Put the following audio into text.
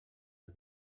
els